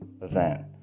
event